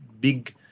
big